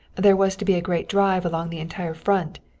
there was to be a great drive along the entire front,